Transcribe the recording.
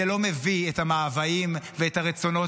זה לא מביא את המאוויים ואת הרצונות